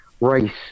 race